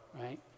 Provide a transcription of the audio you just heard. right